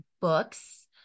books